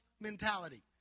mentality